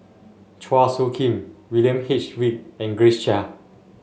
Chua Soo Khim William H Read and Grace Chia